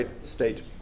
state